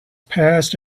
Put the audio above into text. past